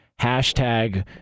hashtag